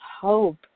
hope